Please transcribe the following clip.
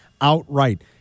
outright